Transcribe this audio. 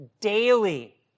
daily